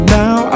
now